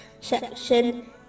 section